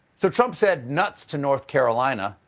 so trump said nuts to north carolina,